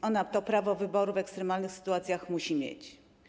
Kobieta to prawo wyboru w ekstremalnych sytuacjach musi mieć.